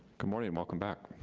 good morning, welcome back.